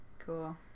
Cool